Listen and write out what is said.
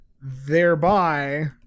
Thereby